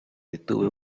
detuve